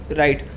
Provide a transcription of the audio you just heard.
right